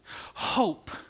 hope